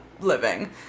living